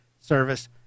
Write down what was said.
service